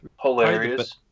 Hilarious